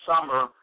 summer –